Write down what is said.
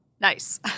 Nice